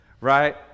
right